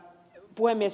puhemies